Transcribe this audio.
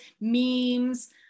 memes